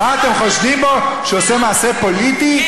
מה, אתם חושדים בו שהוא עושה מעשה פוליטי?